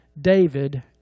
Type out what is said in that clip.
David